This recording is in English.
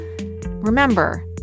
remember